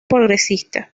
progresista